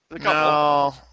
no